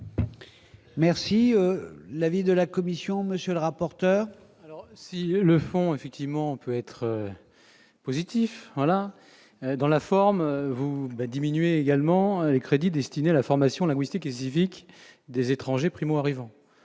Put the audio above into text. Merci l'avis de la Commission, monsieur le rapporteur. Si le fond effectivement peut être positif, voilà, dans la forme, vous diminuez également les crédits destinés à la formation linguistique et civique des étrangers primo-arrivants,